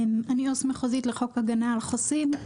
אני עו"ס מחוזית לחוק הגנה על חוסים,